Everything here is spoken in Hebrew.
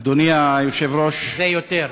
אדוני היושב-ראש, זה יותר.